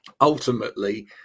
ultimately